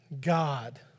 God